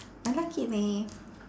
I like it leh